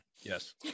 Yes